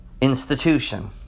institution